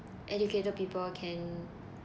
educated people can